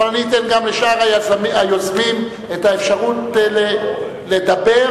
וגם לשאר היוזמים את האפשרות לדבר,